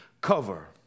cover